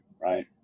right